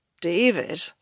David